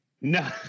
No